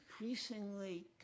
increasingly